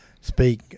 speak